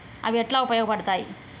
అవి ఎట్లా ఉపయోగ పడతాయి?